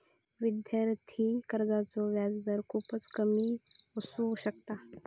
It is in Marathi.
विद्यार्थी कर्जाचो व्याजदर खूपच कमी असू शकता